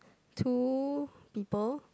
two people